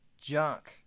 junk